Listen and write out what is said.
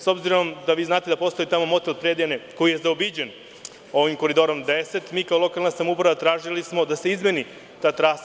S obzirom da znate da tamo postoji motel „Predejane“ koji je zaobiđen ovim Koridorom 10, mi kao lokalna samouprava smo tražili da se izmeni ta trasa.